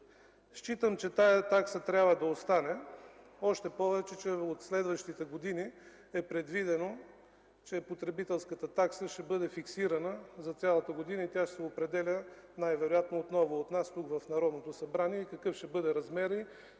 Считам, че тази такса трябва да остане, още повече че от следващите години е предвидено потребителската такса да бъде фиксирана за цялата година и ще се определя най-вероятно отново от нас тук, в Народното събрание. Какъв ще бъде размерът